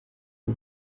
bwo